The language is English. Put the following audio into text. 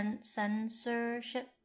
censorship